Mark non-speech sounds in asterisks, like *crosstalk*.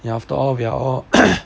then after all we are all *coughs*